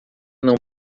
não